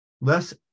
Less